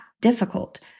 difficult